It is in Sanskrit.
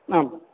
आम्